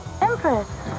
Empress